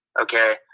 Okay